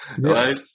Right